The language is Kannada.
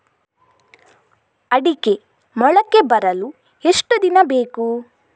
ಅಡಿಕೆ ಮೊಳಕೆ ಬರಲು ಎಷ್ಟು ದಿನ ಬೇಕು?